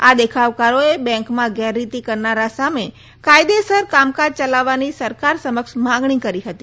આ દેખાવકારોએ બેન્કમાં ગેરરીતિ કરનારા સામે કાયદેસર કામકાજ ચલાવવાની સરકાર સમક્ષ માંગણી કરી હતી